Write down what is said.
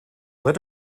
let